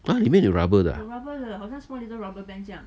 ah 里面有 rubber 的啊